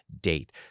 date